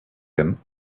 him